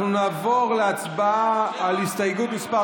אנחנו נעבור להצבעה על הסתייגות מס'